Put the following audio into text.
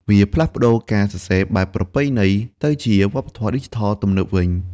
វាផ្លាស់ប្តូរការសរសេរបែបប្រពៃណីទៅជាវប្បធម៌ឌីជីថលទំនើបវិញ។